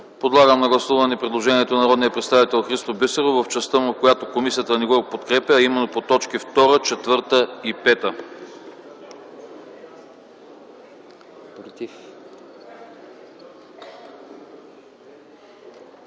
Подлагам на гласуване предложението на народния представител Христо Бисеров в частта му, която комисията не подкрепя, а именно по т. 2, 4 и 5.